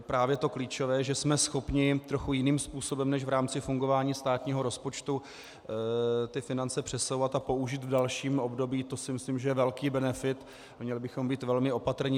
Právě to klíčové, že jsme schopni trochu jiných způsobem než v rámci fungování státního rozpočtu finance přesouvat a použít v dalším období, to si myslím, že je velký benefit a měli bychom být velmi opatrní.